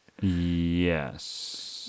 Yes